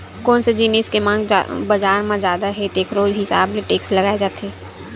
कोन से जिनिस के मांग बजार म जादा हे तेखरो हिसाब ले टेक्स लगाए जाथे